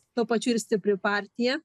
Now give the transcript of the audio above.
tuo pačiu ir stipri partija